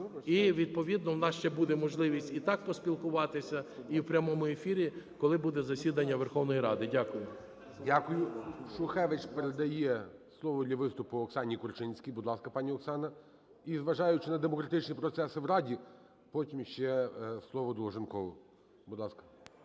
І відповідно у нас ще буде можливість і так поспілкуватися, і в прямому ефірі, коли буде засідання Верховної Ради. Дякую. ГОЛОВУЮЧИЙ. Дякую. Шухевич передає слово для виступу Оксані Корчинській. Будь ласка, пані Оксана. І зважаючи на демократичні процеси в Раді, потім ще слово Долженкову. Будь ласка.